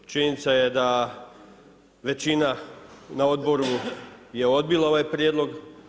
Činjenica je da većina na odboru je odbila ovaj prijedlog.